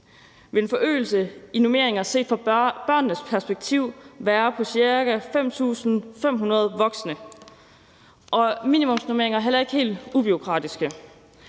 vil en forøgelse i normeringer set fra børnenes perspektiv være på ca. 5.500 voksne. Minimumsnormeringer er heller ikke helt ubureaukratiske.